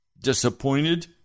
disappointed